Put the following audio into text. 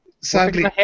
Sadly